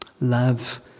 love